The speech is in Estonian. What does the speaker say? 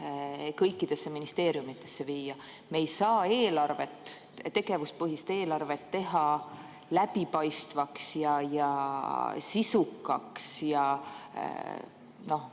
kõikidesse ministeeriumidesse viia? Me ei saa tegevuspõhist eelarvet teha läbipaistvaks ja sisukaks,